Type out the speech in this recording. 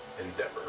endeavor